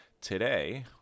Today